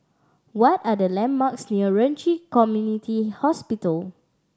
what are the landmarks near Ren Ci Community Hospital